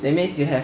that means you have